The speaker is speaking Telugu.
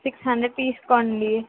సిక్స్ హండ్రెడ్ తీసుకోండి